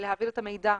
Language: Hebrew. ולהעביר את המידע.